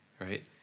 right